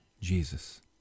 Jesus